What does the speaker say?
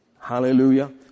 Hallelujah